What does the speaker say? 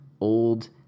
old